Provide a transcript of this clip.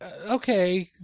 okay